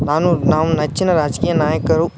ನಾನು ನಮ್ಮ ನೆಚ್ಚಿನ ರಾಜಕೀಯ ನಾಯಕರು